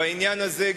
בעניין הזה,